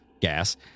gas